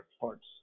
parts